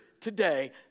today